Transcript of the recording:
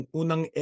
unang